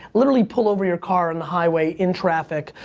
literally pull over your car on the highway in traffic,